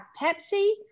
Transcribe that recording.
Pepsi